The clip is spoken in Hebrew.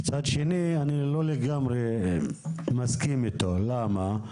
מצד שני אני לא לגמרי מסכים אתו, למה?